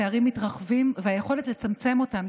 הפערים מתרחבים והיכולת לצמצם אותם,